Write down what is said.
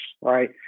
right